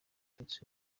tutsi